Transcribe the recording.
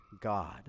God